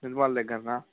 friend వాళ్ళ దగ్గరనా